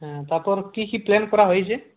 হ্যাঁ তারপর কি কি প্ল্যান করা হয়েছে